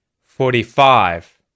Forty-five